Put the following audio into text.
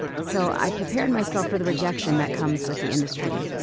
so, i prepared myself for the rejection that comes with the industry,